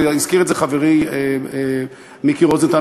והזכיר את זה חברי מיקי רוזנטל,